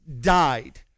died